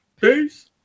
Peace